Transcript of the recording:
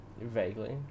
Vaguely